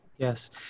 Yes